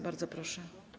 Bardzo proszę.